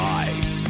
eyes